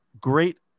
great